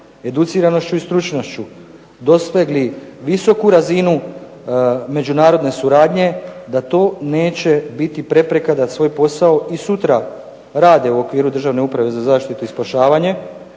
educiranošću, i stručnošću dosegli visoku razinu međunarodne suradnje, da to neće biti prepreka da svoj posao i sutra rade u okviru Državne uprave za zaštitu i spašavanje,